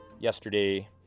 yesterday